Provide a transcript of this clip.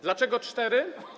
Dlaczego cztery?